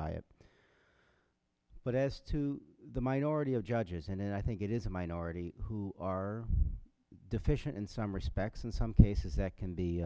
by it but as to the minority of judges and i think it is a minority who are deficient in some respects in some cases that can be